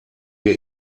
wir